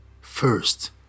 First